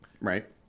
right